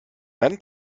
dann